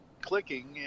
clicking